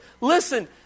Listen